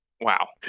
Wow